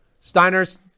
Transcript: Steiner's